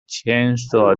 chainsaw